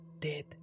Dead